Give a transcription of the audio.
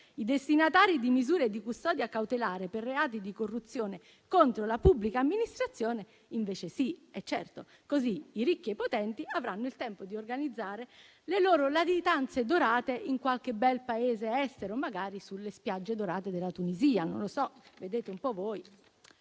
i destinatari di misure di custodia cautelare per reati di corruzione contro la pubblica amministrazione invece ce n'è; in questo modo i ricchi e potenti avranno tempo di organizzare le loro latitanze dorate in qualche bel Paese estero, magari sulle spiagge dorate della Tunisia. Non lo so, vedete voi.